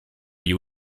you